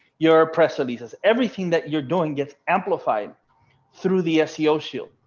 your press releases, everything that you're doing gets amplified through the seo shield.